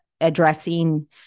addressing